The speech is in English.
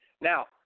Now